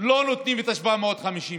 לא נותנים את ה-750 שקל.